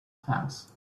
house